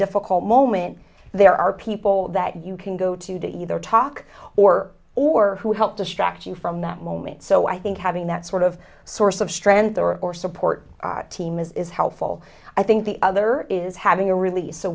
difficult moment there are people that you can go to to either talk or or who help distract you from that moment so i think having that sort of source of strength or or support team is helpful i think the other is having a re